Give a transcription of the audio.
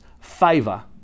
favor